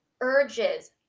urges